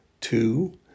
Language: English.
Two